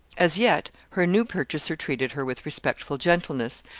as yet her new purchaser treated her with respectful gentleness,